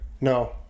No